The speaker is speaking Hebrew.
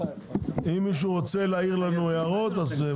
מוזמנים לשלוח לנו הערות.